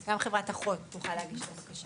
גם חברת אחות תוכל להגיש את הבקשה.